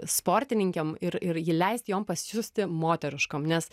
sportininkėm ir ir ir gi leist jom pasijusti moteriškom nes